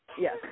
Yes